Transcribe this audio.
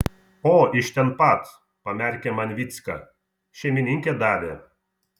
o iš ten pat pamerkė man vycka šeimininkė davė